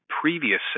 previous